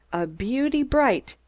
a beauty bright,